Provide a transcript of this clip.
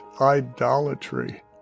idolatry